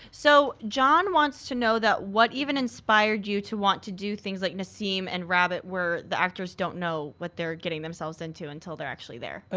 so, john wants to know what even inspired you to want to do things like nassim and rabbit, where the actors don't know what they're getting themselves into until they're actually there?